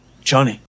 johnny